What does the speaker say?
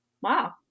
wow